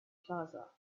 plaza